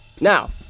Now